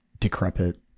decrepit